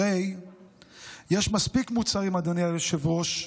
הרי יש מספיק מוצרים, אדוני היושב-ראש,